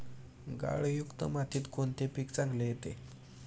गाळयुक्त मातीत कोणते पीक चांगले येते?